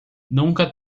nunca